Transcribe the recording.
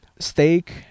Steak